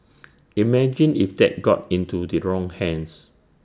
imagine if that got into the wrong hands